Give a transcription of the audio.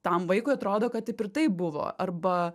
tam vaikui atrodo kad taip ir taip buvo arba